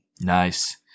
Nice